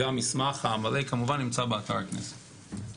המסמך המלא נמצא באתר הכנסת.